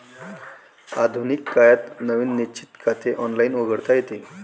आधुनिक काळात नवीन निश्चित खाते ऑनलाइन उघडता येते